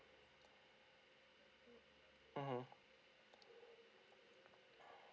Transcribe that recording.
mmhmm